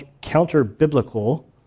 counter-biblical